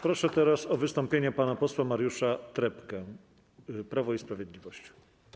Proszę teraz o wystąpienie pana posła Mariusza Trepkę, Prawo i Sprawiedliwość.